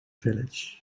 village